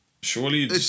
surely